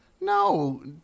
no